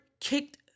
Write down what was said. kicked